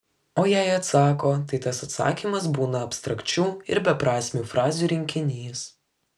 o jei atsako tai tas atsakymas būna abstrakčių ir beprasmių frazių rinkinys